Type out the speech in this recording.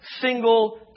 single